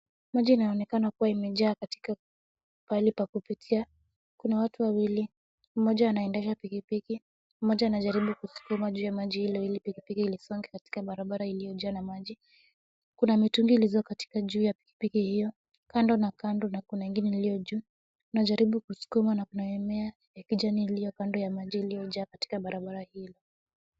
Maji inaonekana kuwa imejaa katika pahali pa kupitia, kuna watu wawili, mmoja anaendesha pikipiki, mpja anajaribu kusukuma juu ya maji ile ili pikipiki ile isonge katika barabara iliyojaa na maji, kuna mitungi ilizo katika juu ya pikpiki hiyo, kando na kando na kuna ingine iliyo juu, najaribu kusukuma na kuna mimea ya kijani iliyo kando ya maji iliyojaa katika barabara hilo.